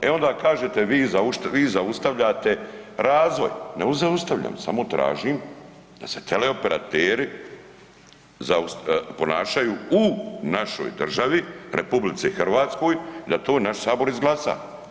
E onda kažete vi zaustavljate razvoj, ne zaustavljam, samo tražim da se teleoperateri ponašaju u našoj državi, RH, da to naš Sabor izglasa.